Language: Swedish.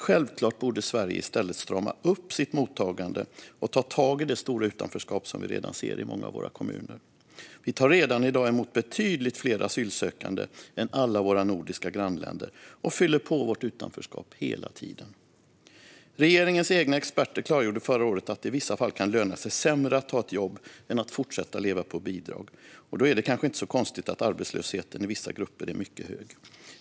Självklart borde Sverige i stället strama upp sitt mottagande och ta tag i det stora utanförskap som vi redan ser i många av våra kommuner. Vi tar redan i dag emot betydligt fler asylsökande än alla våra nordiska grannländer, och vi fyller på vårt utanförskap hela tiden. Regeringens egna experter klargjorde förra året att det i vissa fall kan löna sig sämre att ta ett jobb än att fortsätta leva på bidrag. Då är det kanske inte konstigt att arbetslösheten i vissa grupper är mycket hög.